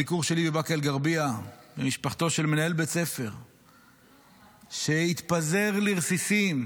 הביקור שלי בבאקה אל-גרבייה אצל משפחתו של מנהל בית ספר שהתפזר לרסיסים,